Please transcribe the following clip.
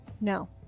No